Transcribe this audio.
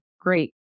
great